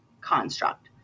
construct